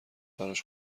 براش